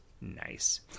nice